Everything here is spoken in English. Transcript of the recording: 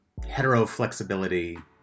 heteroflexibility